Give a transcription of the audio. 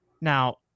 Now